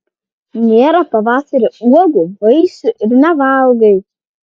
nėra pavasarį uogų vaisių ir nevalgai